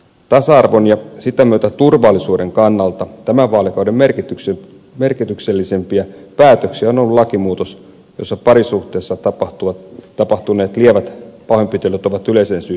tasa arvon ja sitä myötä turvallisuuden kannalta tämän vaalikauden merkityksellisimpiä päätöksiä on ollut lakimuutos jossa parisuhteessa tapahtuneet lievät pahoinpitelyt ovat yleisen syytteen alaisia